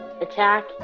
Attack